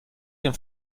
den